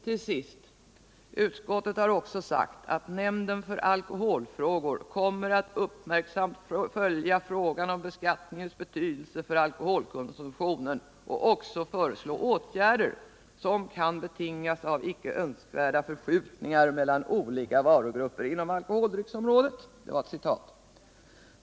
Till sist: Utskottet har också sagt att nämnden för alkoholfrågor kommer att uppmärksamt följa frågor om beskattningens betydelse för alkoholkonsumtionen och föreslå åtgärder, som kan betingas av icke önskvärda förskjutningar mellan olika varugrupper inom alkoholdrycksområdet.